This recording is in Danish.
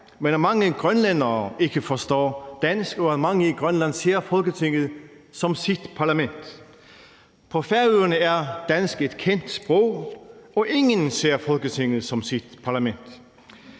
at mange grønlændere ikke forstår dansk, og at mange i Grønland ser Folketinget som deres parlament. På Færøerne er dansk et kendt sprog, hvor ingen ser Folketinget som deres parlament.